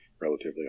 relatively